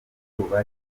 ubwoba